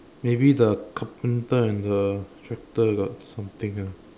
maybe the carpenter and the tractor got something ah